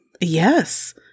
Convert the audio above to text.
yes